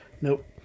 Nope